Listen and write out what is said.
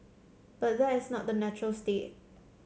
but that is not the natural state